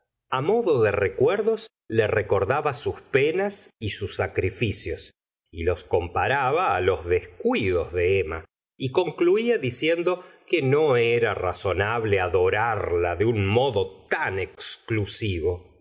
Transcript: a modo de recuerdos le recordaba sus penas y sus sacrificios y los comparaba los descuidos de emma y concluía diciendo que no era razonable adorarla de un modo tan exclusivo